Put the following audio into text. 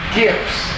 gifts